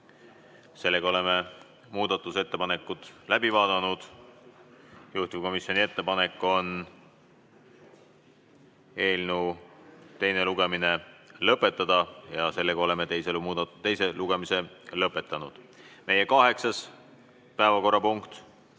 Oleme muudatusettepanekud läbi vaadanud. Juhtivkomisjoni ettepanek on eelnõu teine lugemine lõpetada. Oleme teise lugemise lõpetanud. Meie kaheksas päevakorrapunkt